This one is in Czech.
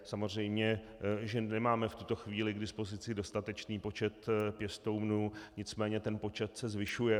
Samozřejmě že nemáme v tuto chvíli k dispozici dostatečný počet pěstounů, nicméně ten počet se zvyšuje.